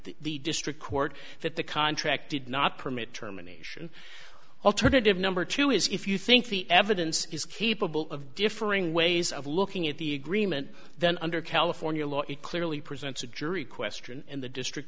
the district court that the contract did not permit terminations alternative number two is if you think the evidence is capable of differing ways of looking at the agreement then under california law it clearly presents a jury question and the district